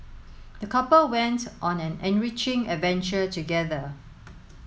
the couple went on an enriching adventure together